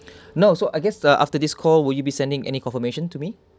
no so I guess uh after this call will you be sending any confirmation to me